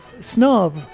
snob